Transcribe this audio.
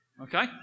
Okay